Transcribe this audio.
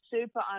super